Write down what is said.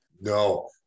No